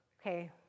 Okay